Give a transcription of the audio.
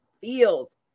feels